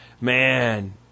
man